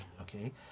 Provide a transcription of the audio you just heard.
Okay